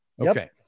Okay